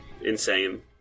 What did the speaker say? insane